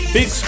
Big